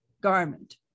garment